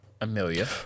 Amelia